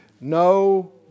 No